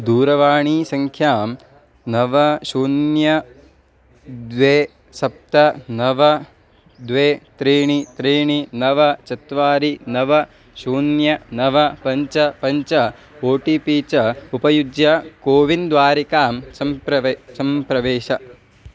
दूरवाणीसङ्ख्यां नव शून्यं द्वे सप्त नव द्वे त्रीणि त्रीणि नव चत्वारि नव शून्यं नव पञ्च पञ्च ओ टि पि च उपयुज्य कोविन् द्वारिकां सम्प्रविश सम्प्रविश